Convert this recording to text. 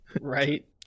right